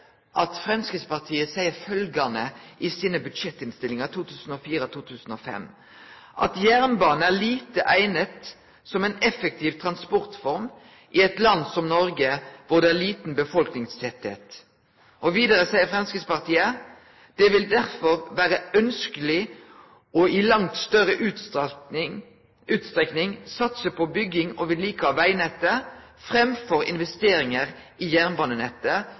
sa Framstegspartiet i budsjettinnstillinga si for 2004–2005 at «jernbane er lite egnet som en effektiv transportform i et land som Norge hvor det er liten befolkningstetthet». Videre sa Framstegspartiet at «det vil derfor være ønskelig å i langt større utstrekning satse på bygging og vedlikehold av vegnettet, framfor investeringer i jernbanenettet